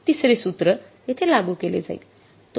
तिसरे सूत्र येथे लागू केले जाईल